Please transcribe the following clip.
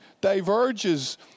diverges